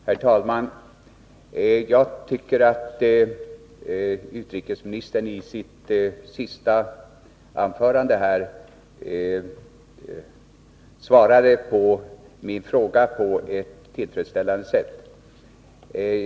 Herr talman! Jag tycker att utrikesministern i sitt senaste anförande svarade på min fråga på ett tillfredsställande sätt.